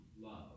love